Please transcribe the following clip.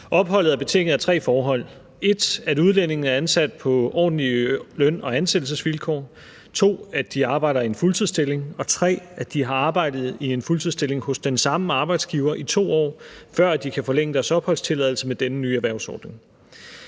Opholdet er betinget af tre forhold: 1) at udlændingen er ansat på ordentlige løn- og ansættelsesvilkår, 2) at de arbejder i en fuldtidsstilling, og 3) at de har arbejdet i en fuldtidsstilling hos den samme arbejdsgiver i 2 år. Dette skal være opfyldt, før de kan forlænge deres opholdstilladelse med denne nye erhvervsordning.